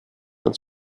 als